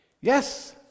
Yes